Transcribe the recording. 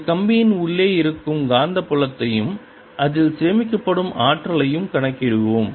இந்த கம்பியின் உள்ளே இருக்கும் காந்தப்புலத்தையும் அதில் சேமிக்கப்படும் ஆற்றலையும் கணக்கிடுவோம்